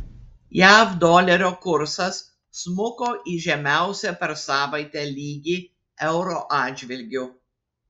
jav dolerio kursas smuko į žemiausią per savaitę lygį euro atžvilgiu